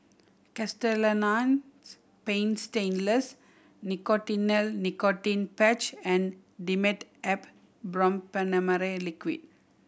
Castellani's Paint Stainless Nicotinell Nicotine Patch and Dimetapp Brompheniramine Liquid